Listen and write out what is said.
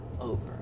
over